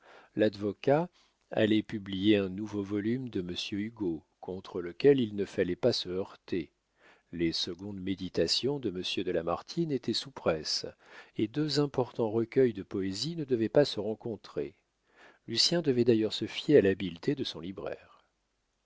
ladvocat allait publier un nouveau volume de monsieur hugo contre lequel il ne fallait pas se heurter les secondes méditations de monsieur de lamartine étaient sous presse et deux importants recueils de poésie ne devaient pas se rencontrer lucien devait d'ailleurs se fier à l'habileté de son libraire